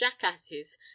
jackasses